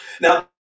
Now